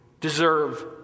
deserve